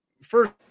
first